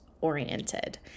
oriented